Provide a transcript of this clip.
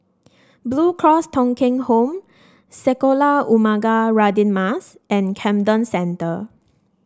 Blue Cross Thong Kheng Home Sekolah Ugama Radin Mas and Camden Centre